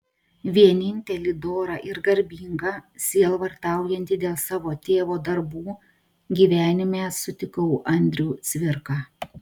vienintelį dorą ir garbingą sielvartaujantį dėl savo tėvo darbų gyvenime sutikau andrių cvirką